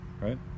right